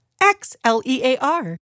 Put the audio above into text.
X-L-E-A-R